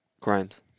Crimes